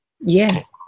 Yes